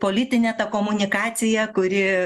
politinė komunikacija kuri